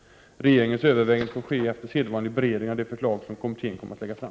Regeringens överväganden får ske efter sedvanlig beredning av de förslag som kommittén kommer att lägga fram.